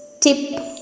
tip